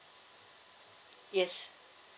yes